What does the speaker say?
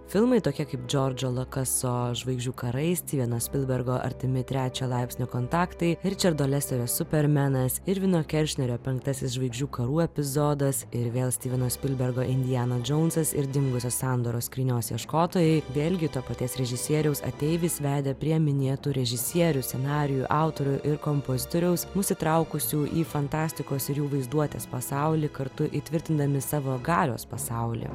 filmai tokie kaip džordžo lakaso žvaigždžių karais stieveno spilbergo artimi trečio laipsnio kontaktai ričardo lesterio supermenas irvino keršnerio penktasis žvaigždžių karų epizodas ir vėl stiveno spilbergo indiana džonsas ir dingusios sandoros skrynios ieškotojai vėlgi to paties režisieriaus ateivis vedė prie minėtų režisierių scenarijų autorių ir kompozitoriaus mus įtraukusių į fantastikos ir jų vaizduotės pasaulį kartu įtvirtindami savo galios pasaulyje